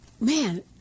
Man